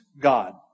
God